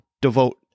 devote